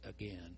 again